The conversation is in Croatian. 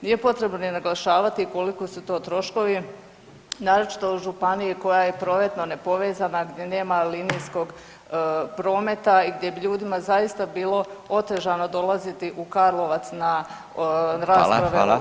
Nije potrebno ni naglašavati koliko su to troškovi, naročito u županiji koja je prometno nepovezana, gdje nema linijskog prometa i gdje bi ljudima zaista bilo otežano dolaziti u Karlovac na rasprave